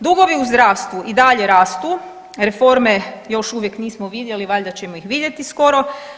Dugovi u zdravstvu i dalje rastu, reforme još uvijek nismo vidjeli, valjda ćemo ih vidjeti skoro.